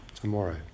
tomorrow